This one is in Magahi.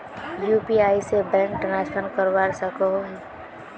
यु.पी.आई से बैंक ट्रांसफर करवा सकोहो ही?